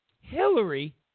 Hillary